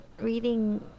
reading